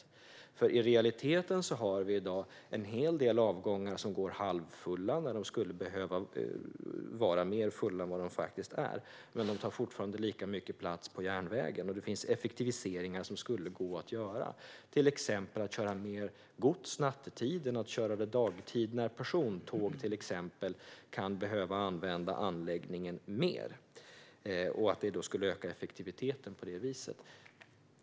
I dag går i realiteten en hel del avgångar halvfulla. De skulle behöva fyllas mer. De tar nämligen fortfarande lika mycket plats på järnvägen. Effektiviseringar skulle kunna göras. Till exempel kan man köra mer gods nattetid än dagtid då persontåg kan behöva använda anläggningen mer. På det viset skulle man kunna öka effektiviteten.